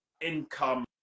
income